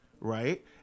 right